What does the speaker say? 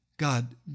God